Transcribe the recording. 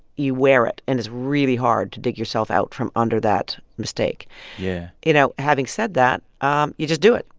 you wear it, and it's really hard to dig yourself out from under that mistake yeah you know, having said that, um you just do it.